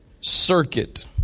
circuit